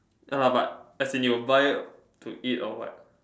no lah but as in you will buy to eat or what